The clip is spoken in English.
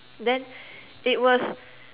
then it was